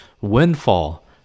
windfall